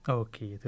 okay